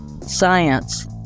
science